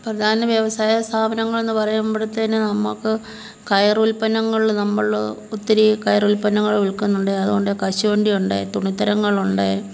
പ്രധാന വ്യവസായ സ്ഥാപനങ്ങൾന്ന് പറയുമ്പോഴ്ത്തേന് നമുക്ക് കയർ ഉൽപ്പന്നങ്ങൾ നമ്മൾ ഒത്തിരി കയറുല്പന്നങ്ങൾ വിൽക്കുന്നുണ്ട് അതുകൊണ്ട് കശുവണ്ടി ഉണ്ട് തുണിത്തരങ്ങൾ ഉണ്ട്